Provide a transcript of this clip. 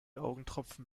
augentropfen